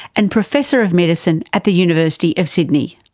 and professor of medicine at the university of sydney.